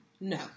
No